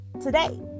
today